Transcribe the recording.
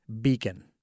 beacon